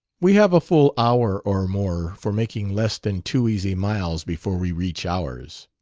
we have a full hour or more for making less than two easy miles before we reach ours.